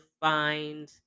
find